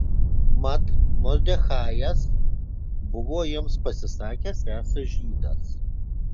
mat mordechajas buvo jiems pasisakęs esąs žydas